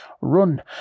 run